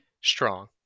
strong